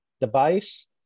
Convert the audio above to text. device